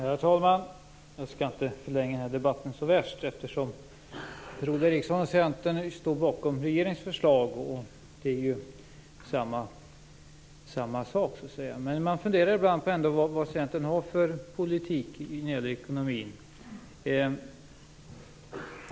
Herr talman! Jag skall inte förlänga debatten särskilt mycket mera. Per-Ola Eriksson och Centern står ju bakom regeringens förslag. Ändå kan man ibland fundera över Centerns politik när det gäller ekonomin.